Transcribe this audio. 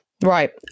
Right